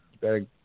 better